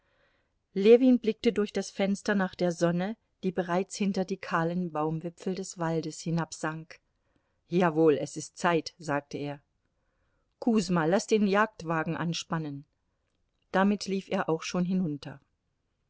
ljewin blickte durch das fenster nach der sonne die bereits hinter die kahlen baumwipfel des waldes hinabsank jawohl es ist zeit sagte er kusma laß den jagdwagen anspannen damit lief er auch schon hinunter